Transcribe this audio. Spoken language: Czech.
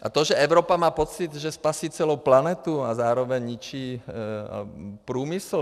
A to, že Evropa má pocit, že spasí celou planetu a zároveň ničí průmysl.